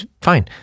Fine